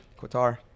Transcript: Qatar